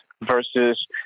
versus